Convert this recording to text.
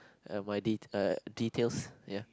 uh my de~ uh details ya